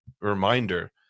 reminder